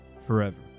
forever